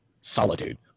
solitude